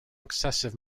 excessive